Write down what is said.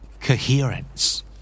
Coherence